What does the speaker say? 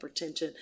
hypertension